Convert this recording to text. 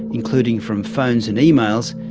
including from phones and emails,